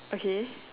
okay